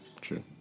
true